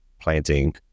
planting